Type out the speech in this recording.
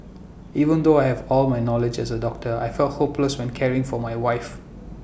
even though I have all my knowledge as A doctor I felt hopeless when caring for my wife